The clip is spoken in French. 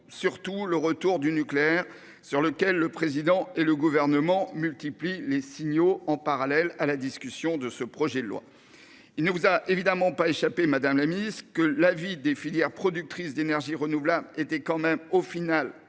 surtout le retour du nucléaire sur lequel le président et le gouvernement multiplie les signaux en parallèle à la discussion de ce projet de loi. Il ne vous a évidemment pas échappé Madame la Ministre que la vie des filières productrices d'énergies renouvelables était quand même au final